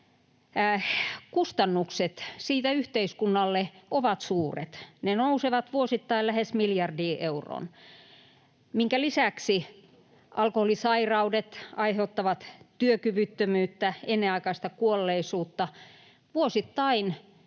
Kustannukset siitä ovat yhteiskunnalle suuret, ne nousevat vuosittain lähes miljardiin euroon, minkä lisäksi alkoholisairaudet aiheuttavat työkyvyttömyyttä, ennenaikaista kuolleisuutta. Vuosittain